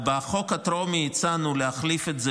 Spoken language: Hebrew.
בהצעת החוק הטרומית הצענו להחליף את זה